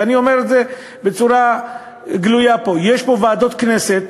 ואני אומר את זה פה בצורה גלויה: יש פה ועדות כנסת